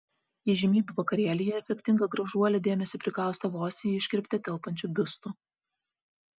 įžymybių vakarėlyje efektinga gražuolė dėmesį prikaustė vos į iškirptę telpančiu biustu